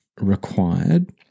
required